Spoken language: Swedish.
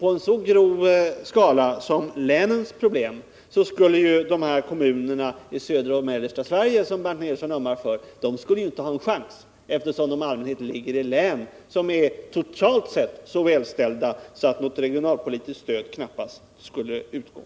en så grov skala som länens problem skulle de kommuner i södra och mellersta Sverige som Bernt Nilsson ömmar för inte ha en chans, eftersom de i allmänhet ligger i län som är totalt sett så välställda att något regionalpolitiskt stöd knappast skulle utgå.